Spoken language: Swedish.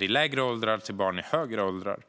i lägre åldrar till barn i högre åldrar.